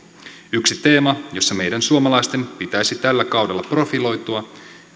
yksi teema jossa meidän suomalaisten pitäisi tällä kaudella profiloitua